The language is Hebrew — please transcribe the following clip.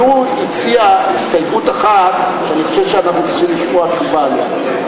אבל הוא הציע הסתייגות אחת שאני חושב שאנחנו צריכים לשמוע תשובה עליה,